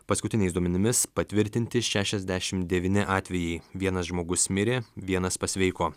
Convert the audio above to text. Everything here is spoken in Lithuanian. paskutiniais duomenimis patvirtinti šešiasdešimt devyni atvejai vienas žmogus mirė vienas pasveiko